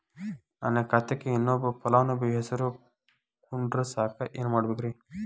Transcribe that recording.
ನನ್ನ ಖಾತೆಕ್ ಇನ್ನೊಬ್ಬ ಫಲಾನುಭವಿ ಹೆಸರು ಕುಂಡರಸಾಕ ಏನ್ ಮಾಡ್ಬೇಕ್ರಿ?